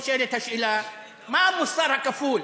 נשאלת השאלה מה המוסר הכפול.